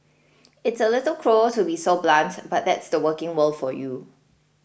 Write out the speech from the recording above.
it's a little cruel to be so blunt but that's the working world for you